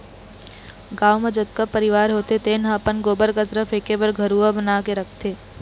गाँव म जतका परवार होथे तेन ह अपन गोबर, कचरा फेके बर घुरूवा बनाबे करथे